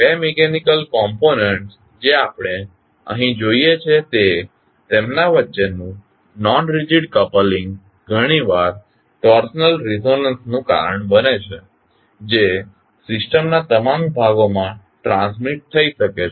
બે mechanical components જે આપણે અહીં જોઇએ છે તેમના વચ્ચેનું નોન રિઝિડ કપલીંગ ઘણીવાર ટોર્સનલ રેઝોનન્સ નું કારણ બને છે જે સિસ્ટમના તમામ ભાગોમાં ટ્રાન્સમીટ થઇ શકે છે